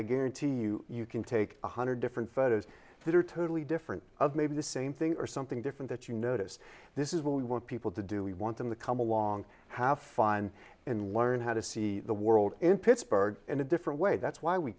i guarantee you you can take one hundred different photos that are totally different of maybe the same thing or something different that you notice this is what we want people to do we want them to come along have fun and learn how to see the world in pittsburgh in a different way that's why we